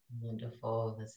wonderful